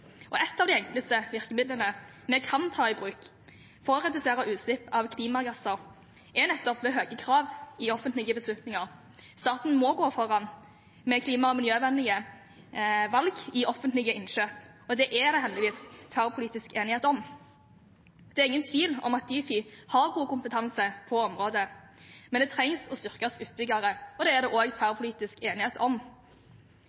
Et av de enkleste virkemidlene vi kan ta i bruk for å redusere utslipp av klimagasser, er nettopp høye krav i offentlige beslutninger. Staten må gå foran med klima- og miljøvennlige valg i offentlige innkjøp, og det er det heldigvis tverrpolitisk enighet om. Det er ingen tvil om at Difi har god kompetanse på området, men det trengs å styrkes ytterligere, og det er det